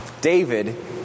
David